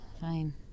Fine